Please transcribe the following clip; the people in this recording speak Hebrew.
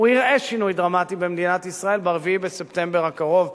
הוא יראה שינוי דרמטי במדינת ישראל ב-4 בספטמבר הקרוב,